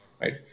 right